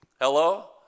Hello